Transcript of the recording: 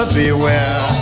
beware